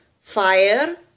fire